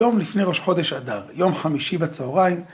יום לפני ראש חודש אדר, יום חמישי בצהריים.